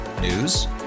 News